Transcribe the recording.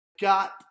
got